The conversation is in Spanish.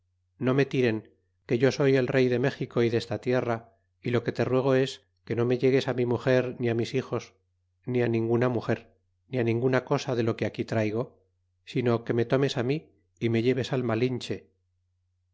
dixo me tiren que yo soy el rey de méxico y desta tierra y lo que te ruego es que no me llegues mi muger ni mis hijos ni ninguna muger ni ninguna cosa de lo que aquí traygo sino que me tomes mi y me lleves malinche